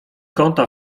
kąta